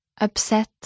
Upset